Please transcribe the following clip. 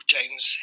James